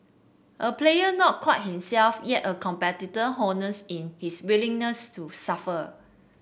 a player not quite himself yet a competitor honest in his willingness to suffer